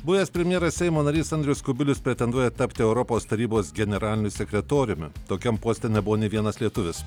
buvęs premjeras seimo narys andrius kubilius pretenduoja tapti europos tarybos generaliniu sekretoriumi tokiam poste nebuvo nei vienas lietuvis